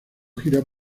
gira